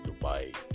Dubai